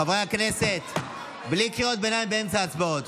חברי הכנסת, בלי קריאות ביניים באמצע ההצבעות.